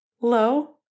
Hello